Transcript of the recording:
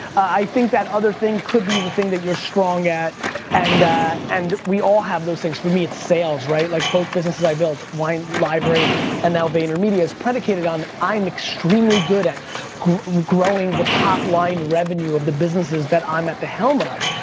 i think that other thing could be the thing that you're strong at and and we all have those things. for me it's sales, right? like both businesses i built, wine library and now vaynermedia is predicated on i am extremely good at growing the top line revenue of the businesses that i'm at the helm of.